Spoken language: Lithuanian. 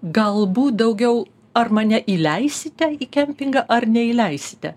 galbūt daugiau ar mane įleisite į kempingą ar neįleisite